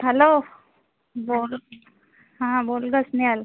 hello बोल हा बोल गं स्नेहल